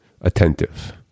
attentive